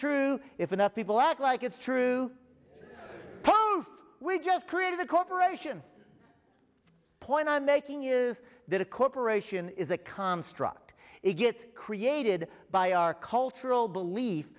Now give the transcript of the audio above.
true if enough people act like it's true we just created a corporation point i'm making is that a corporation is a construct it gets created by our cultural belie